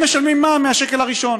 הם משלמים מע"מ מהשקל הראשון.